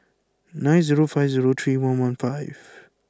nine zero five zero three one one five